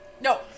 No